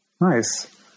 Nice